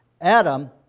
Adam